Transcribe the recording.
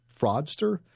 fraudster